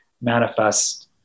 manifest